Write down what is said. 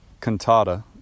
cantata